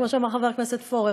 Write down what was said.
כמו שאמר חבר הכנסת פורר,